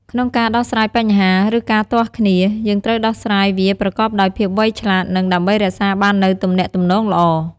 ក្នុងការដោះស្រាយបញ្ហា ឬ ការទាស់គ្នា យើងត្រូវដោះស្រាយវាប្រកបដោយភាពវៃឆ្លាត និង ដើម្បីរក្សាបាននូវទំនាក់ទំនងល្អ។